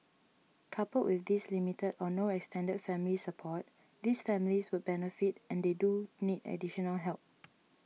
coupled with this limited or no extended family support these families would benefit and they do need additional help